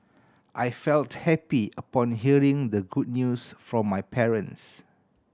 I felt happy upon hearing the good news from my parents